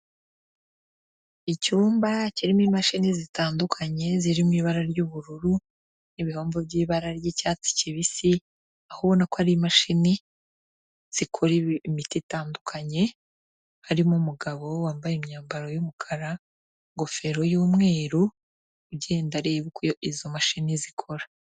Icyumba kirimo imashini zitandukanye zirimo ibara ry'ubururu n'ibihombo by'ibara ry'icyatsi kibisi. Aho ubona ko ari imashini zikora imiti itandukanye harimo umugabo wambaye imyambaro y'umukara, ingofero y'umweru ugenda areba uko izo mashini zikora.